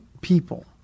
people